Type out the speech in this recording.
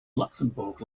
luxembourg